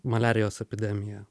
maliarijos epidemija